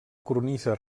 cornisa